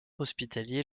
hospitalier